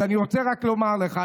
אני רק רוצה לומר לך,